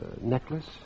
necklace